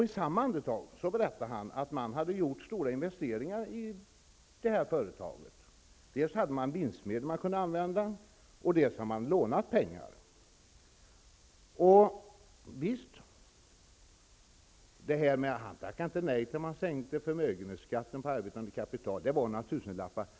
I samma andetag berättade han att man hade gjort stora investeringar i det här företaget. Dels hade man vinstmedel som man kunde använda, dels hade man lånat pengar. Han tackade inte nej till att man sänkte förmögenhetsskatten på arbetande kapital. Det gav några tusenlappar.